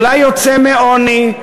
אולי יוצא מעוני,